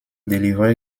délivré